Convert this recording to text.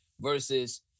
versus